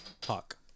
talk